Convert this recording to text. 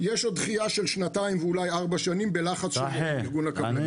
יש עוד דחייה של שנתיים ואולי ארבע שנים בלחץ של איגוד הקבלנים.